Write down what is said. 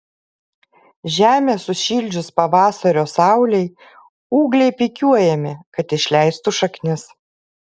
žemę sušildžius pavasario saulei ūgliai pikiuojami kad išleistų šaknis